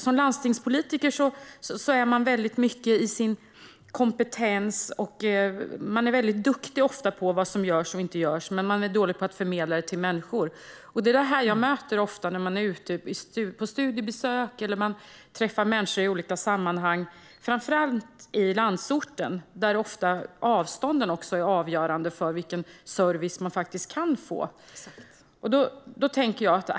Som landstingspolitiker är man inne i sin kompetens. Man är duktig på vad som görs och inte görs, men man är dålig på att förmedla det till människor. Det är det jag ofta möter när jag ute på studiebesök eller träffar människor i olika sammanhang - framför allt i landsorten, där avstånden ofta är avgörande för vilken service man kan få.